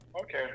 Okay